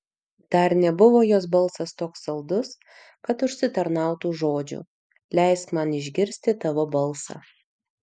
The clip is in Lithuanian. dar nebuvo jos balsas toks saldus kad užsitarnautų žodžių leisk man išgirsti tavo balsą